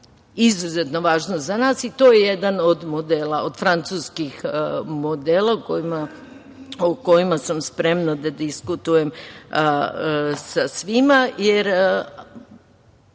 izuzetno važno za nas i to je jedan od francuskih modela o kojima sam spremna da diskutujem sa svima. Ono